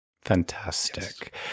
Fantastic